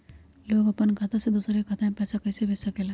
लोग अपन खाता से दोसर के खाता में पैसा कइसे भेज सकेला?